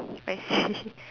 I see